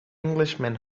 englishman